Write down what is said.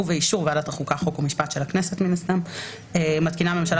[ובאישור ועדת החוקה חוק ומשפט של הכנסת/ מליאת הכנסת מתקינה הממשלה